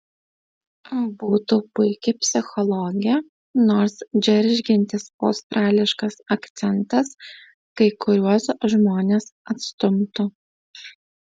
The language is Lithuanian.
būtų puiki psichologė nors džeržgiantis australiškas akcentas kai kuriuos žmones atstumtų